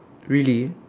really